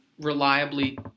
reliably